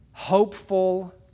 hopeful